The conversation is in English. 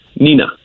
Nina